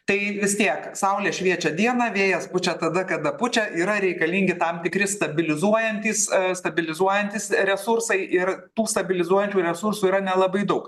tai vis tiek saulė šviečia dieną vėjas pučia tada kada pučia yra reikalingi tam tikri stabilizuojantys stabilizuojantys resursai ir tų stabilizuojančių resursų yra nelabai daug